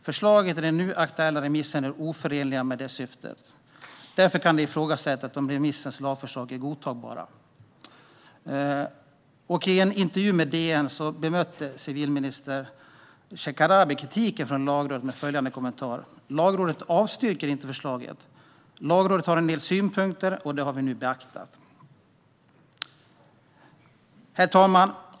Förslagen i den nu aktuella remissen är oförenliga med det syftet. Det kan därför ifrågasättas om remissens lagförslag är godtagbara." I en intervju med DN bemötte civilminister Shekarabi kritiken från Lagrådet med följande kommentar: Lagrådet avstyrker inte förslaget. Lagrådet har en del synpunkter, och dem har vi nu beaktat. Herr talman!